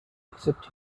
except